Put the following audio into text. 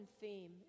theme